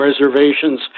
reservations